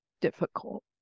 difficult